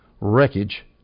wreckage